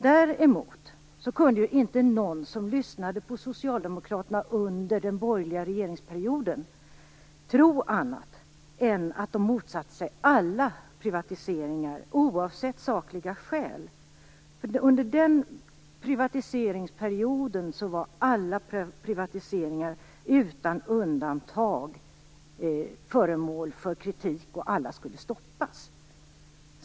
Däremot kunde ju inte någon som lyssnade på socialdemokraterna under den borgerliga regeringsperioden tro annat än att de motsatte sig alla privatiseringar, oavsett sakliga skäl. Under den privatiseringsperioden var alla privatiseringar utan undantag föremål för kritik, och alla skulle stoppas.